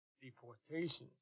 deportations